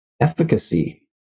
efficacy